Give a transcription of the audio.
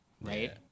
right